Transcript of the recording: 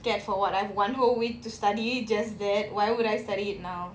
scared for what I have one whole week to study just that why would I study it now